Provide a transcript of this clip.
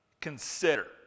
consider